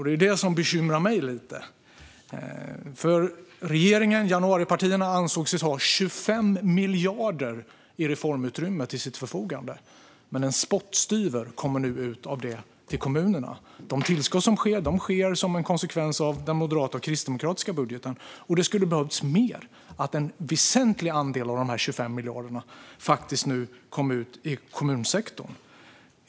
Det är det som bekymrar mig lite. Regeringen och de övriga januaripartierna ansåg sig ha 25 miljarder kronor i reformutrymme. Men nu kommer en spottstyver av det ut till kommunerna. De tillskott som kommer är en konsekvens av den moderata och kristdemokratiska budgeten. Och det skulle ha behövts mer. En väsentlig andel av de 25 miljarderna skulle behöva komma ut i kommunsektorn.